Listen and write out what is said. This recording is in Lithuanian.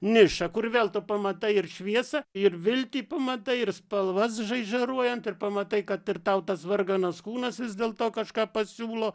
niša kur vėl tu pamatai ir šviesą ir viltį pamatai ir spalvas žaižaruojant ir pamatai kad ir tau tas varganas kūnas vis dėlto kažką pasiūlo